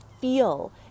feel